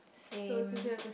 same